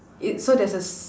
so there's a s~